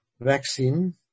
vaccine